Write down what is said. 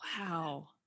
Wow